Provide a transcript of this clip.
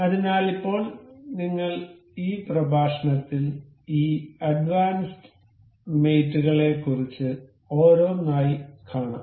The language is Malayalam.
അതിനാൽ ഇപ്പോൾ നിങ്ങൾ ഈ പ്രഭാഷണത്തിൽ ഈ അഡ്വാൻസ്ഡ് മേറ്റ്സ് കളെക്കുറിച്ച് ഓരോന്നായി കാണാം